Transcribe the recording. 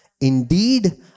Indeed